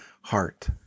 heart